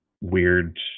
weird